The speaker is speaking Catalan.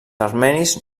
armenis